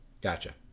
Gotcha